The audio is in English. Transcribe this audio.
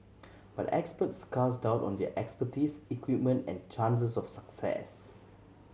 but experts cast doubt on their expertise equipment and chances of success